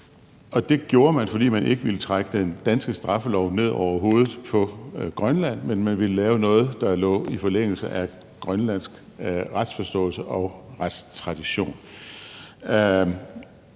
Den lavede man, fordi man ikke vil trække den danske straffelov ned over hovedet på Grønland, men man ville lave noget, der lå i forlængelse af grønlandsk retsforståelse og retstradition.